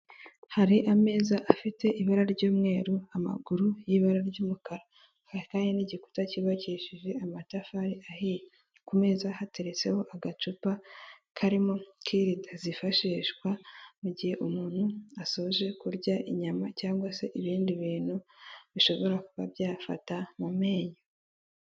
Hari ameza afite ibara ry'umweru amaguru y'ibara ry'umukara, hari kandi n'igikuta cyubakishije amatafari ahiye, ku meza hateretseho agacupa karimo kireda zifashishwa mu gihe umuntu asoje kurya inyama cyangwa se ibindi bintu bishobora kuba byafata mu menyo.